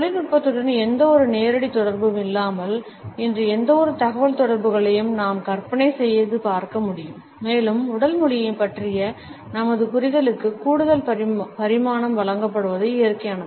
தொழில்நுட்பத்துடன் எந்தவொரு நேரடி தொடர்பும் இல்லாமல் இன்று எந்தவொரு தகவல்தொடர்புகளையும் நாம் கற்பனை செய்து பார்க்க முடியாது மேலும் உடல் மொழியைப் பற்றிய நமது புரிதலுக்கும் கூடுதல் பரிமாணம் வழங்கப்படுவது இயற்கையானது